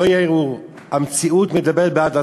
לא יהיה ערעור המציאות מדברת בעד עצמה.